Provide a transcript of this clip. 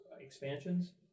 expansions